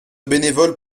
bénévoles